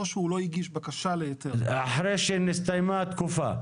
או שהוא לא הגיש בקשה להיתר --- אחרי שהסתיימה התקופה.